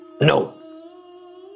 No